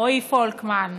רועי פולקמן.